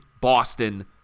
Boston